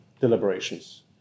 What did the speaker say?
deliberations